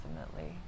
ultimately